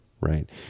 right